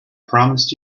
promised